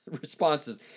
responses